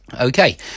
Okay